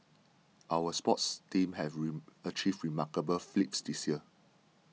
our sports teams have rain achieved remarkable feats this year